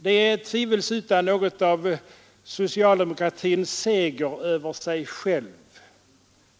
Det är tvivelsutan något av socialdemokratins seger över sig själv.